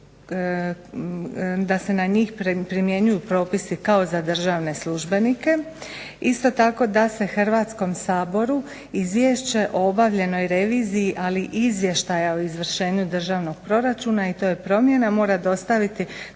da se na njih primjenjuju propisi kao za državne službenike. Isto tako da se Hrvatskom saboru izvješće o obavljenoj reviziji ali i izvještaja o izvršenju državnog proračuna i te promjene mora dostaviti.